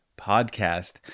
podcast